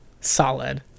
Solid